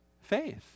faith